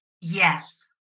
Yes